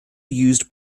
used